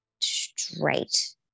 straight